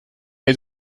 est